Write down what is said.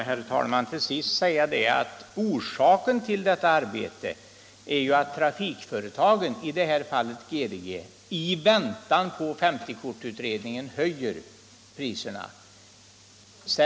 Herr talman! Låt mig bara till sist säga att orsaken till detta som statsrådet kallar ett onödigt arbete är att trafikföretagen — i detta fall GDG - i väntan på 50-kortet höjer priserna.